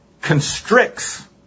constricts